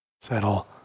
Settle